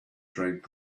drank